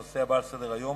הנושא הבא על סדר-היום: